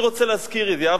אני רוצה להזכיר ידיעה,